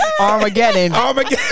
Armageddon